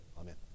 Amen